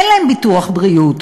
אין להם ביטוח בריאות,